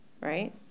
right